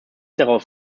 daraus